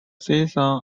season